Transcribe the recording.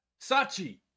sachi